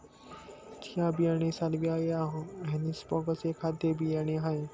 chia बियाणे Salvia या hispanica चे खाद्य बियाणे आहे